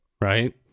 right